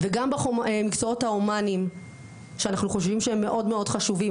וגם במקצועות ההומניים שאנחנו חושבים שהם מאוד חשובים,